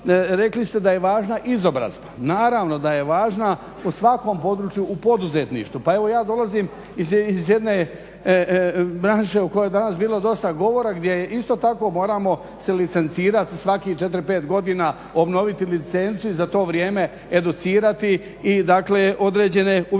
rekli ste da je važna izobrazba. Naravno da je važna u svakom području, u poduzetništvu. Pa evo ja dolazim iz jedne branše o kojoj je danas bilo dosta govora gdje isto tako moramo si licencirati svakih 4, 5 godina obnoviti licencu i za to vrijeme educirati i dakle određene uvjete